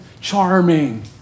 charming